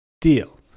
deal